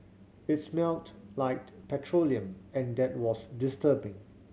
it smelt like petroleum and that was disturbing